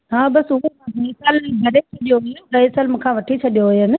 हा बसि उहो गए साल भरे छॾियो हुयो गए सालु मूंखां वठी छॾियो हुयनि